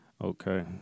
Okay